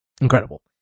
Incredible